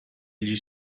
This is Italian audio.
gli